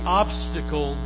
obstacle